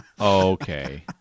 okay